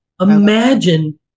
Imagine